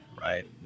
right